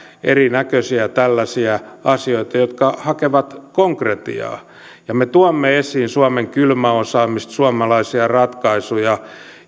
erinäköisiä tällaisia asioita jotka hakevat konkretiaa me tuomme esiin suomen kylmäosaamista suomalaisia ratkaisuja